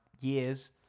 years